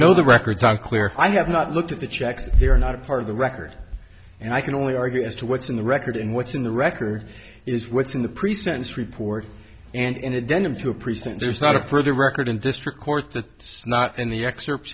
no the records are clear i have not looked at the check here are not part of the record and i can only argue as to what's in the record and what's in the record is what's in the pre sentence report and in a denim to a precinct there's not a further record in district court that not in the excerpts